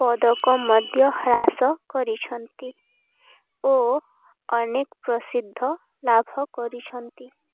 ପଦକ ମଧ୍ୟ ହ୍ରାସ କରିଛନ୍ତି ଓ ଅନେକ ପ୍ରସିଦ୍ଧ ଲାଭ କରିଛନ୍ତି